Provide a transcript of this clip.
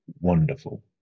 Wonderful